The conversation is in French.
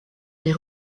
les